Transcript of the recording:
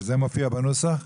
וזה מופיע בנוסח?